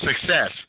success